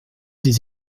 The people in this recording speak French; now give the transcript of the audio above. des